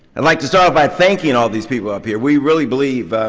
i'd like to start by hanking all these people up here. we really believe